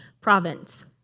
province